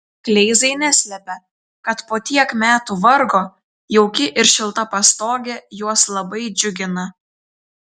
kleizai neslepia kad po tiek metų vargo jauki ir šilta pastogė juos labai džiugina